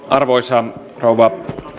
arvoisa rouva